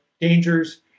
dangers